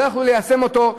לא היו יכולים ליישם אותו,